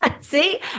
See